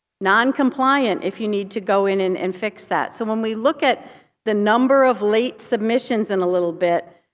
non-compliant, if you need to go in and and fix that. so when we look at the number of late submissions in a little bit,